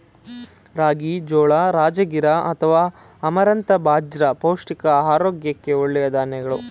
ರಾಗಿ, ಜೋಳ, ರಾಜಗಿರಾ ಅಥವಾ ಅಮರಂಥ ಬಾಜ್ರ ಪೌಷ್ಟಿಕ ಆರೋಗ್ಯಕ್ಕೆ ಒಳ್ಳೆಯ ಧಾನ್ಯಗಳು